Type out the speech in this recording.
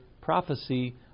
prophecy